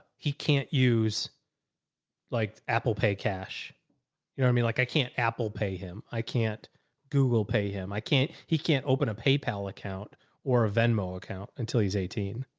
he can't use like apple pay cash. you know what i mean? like i can't apple pay him. i can't google pay him. i can't, he can't open a paypal account or a venmo account until he's eighteen.